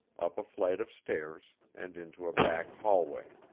up a flight of stairs, and into a back hallway.